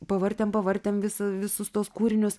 pavartėm pavartėm visą visus tuos kūrinius